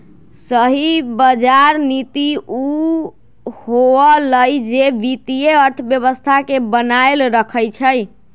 सही बजार नीति उ होअलई जे वित्तीय अर्थव्यवस्था के बनाएल रखई छई